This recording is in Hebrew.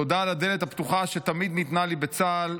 תודה על הדלת הפתוחה שתמיד ניתנה לי בצה"ל,